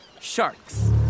Sharks